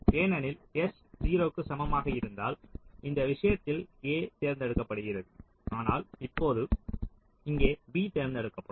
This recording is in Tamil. ஏனெனில் S 0 க்கு சமமாக இருந்தால் இந்த விஷயத்தில் A தேர்ந்தெடுக்கப்பட்டது ஆனால் இப்போது இங்கே B தேர்ந்தெடுக்கப்படும்